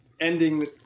ending